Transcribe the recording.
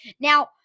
Now